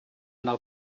anar